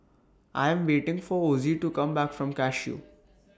I Am waiting For Ozie to Come Back from Cashew